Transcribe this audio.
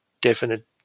definite